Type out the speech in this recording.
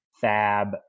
fab